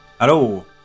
Hello